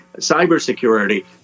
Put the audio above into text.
cybersecurity